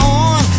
on